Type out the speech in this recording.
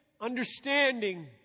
understanding